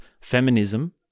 feminism